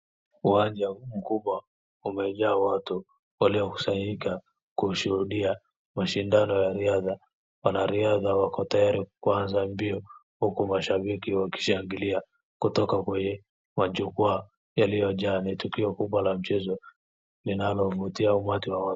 Uwanja mkubwa umejaa watu waliokusanyika kushuhudia mashindano ya riadha. Wanariadha wako tayari kuanza mbio huku mashabiki wakishangilia kutoka kwenye majukwaa yaliyojaa. Ni tukio kubwa la mchezo linalovutia umati wa watu.